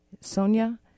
Sonia